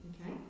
Okay